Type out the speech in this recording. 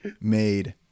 made